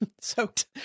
soaked